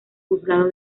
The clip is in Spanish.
juzgado